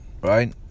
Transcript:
right